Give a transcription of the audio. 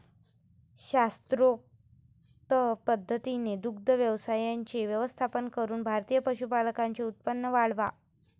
शास्त्रोक्त पद्धतीने दुग्ध व्यवसायाचे व्यवस्थापन करून भारतीय पशुपालकांचे उत्पन्न वाढवा